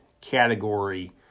category